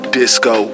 disco